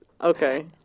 okay